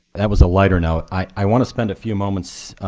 that was a lighter note. i want to spend a few moments